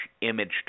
image